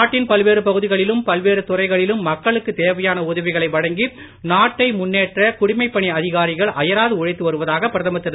நாட்டின் பல்வேறு பகுதிகளிலும் பல்வேறு துறைகளிலும் மக்களுக்கு தேவையான உதவிகளை வழங்கி நாட்டை முன்னேற்ற குடிமைப் பணி அதிகாரிகள் அயராது உழைத்து வருவதாக பிரதமர் திரு